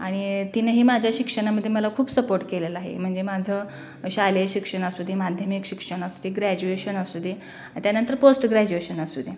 आणि तिनंही माझ्या शिक्षणामधे मला खूप सपोर्ट केलेला आहे म्हणजे माझं शालेय शिक्षण असू दे माध्यमिक शिक्षण असू दे ग्रॅज्युएशन असू दे त्यानंतर पोस्ट ग्रॅज्युएशन असू दे